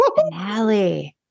Finale